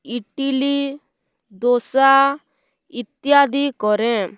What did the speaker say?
ଇଟିଲି ଦୋସା ଇତ୍ୟାଦି କରେ